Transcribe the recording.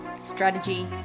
strategy